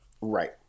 Right